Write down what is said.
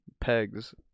Pegs